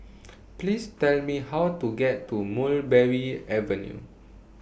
Please Tell Me How to get to Mulberry Avenue